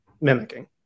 mimicking